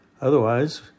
Otherwise